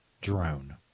drone